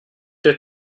der